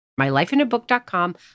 MyLifeInABook.com